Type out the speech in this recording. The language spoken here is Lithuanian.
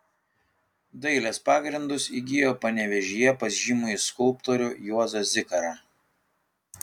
dailės pagrindus įgijo panevėžyje pas žymųjį skulptorių juozą zikarą